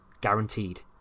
guaranteed